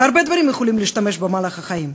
והרבה דברים יכולים להשתבש במהלך החיים.